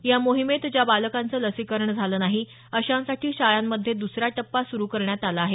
या मोहिमेत ज्या बालकांचं लसीकरण झालं नाही अशांसाठी शाळांमध्ये दुसरा टप्पा सुरू करण्यात आला आहे